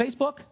Facebook